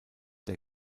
der